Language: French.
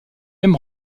aime